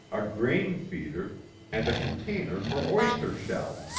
a grain feeder and a container for oyster shell.